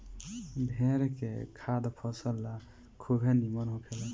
भेड़ के खाद फसल ला खुबे निमन होखेला